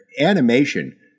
animation